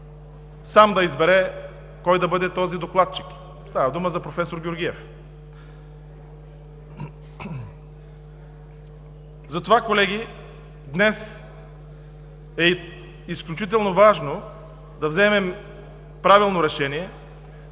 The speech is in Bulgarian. сам да избере кой да бъде този докладчик. Става дума за професор Георгиев. Затова, колеги, днес е изключително важно да вземем правилно решение.